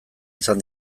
izan